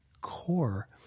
core